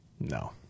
No